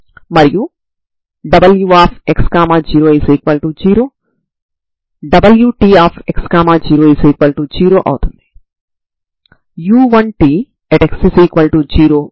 ఇక్కడ నేను మీకు ఒక రిమార్క్ ని చెప్తున్నాను